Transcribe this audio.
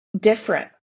different